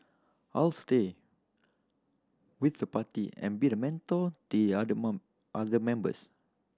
I'll stay with the party and be a mentor the other month other members